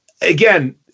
again